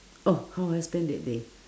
oh how I spend that day